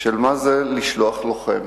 של לשלוח לוחם,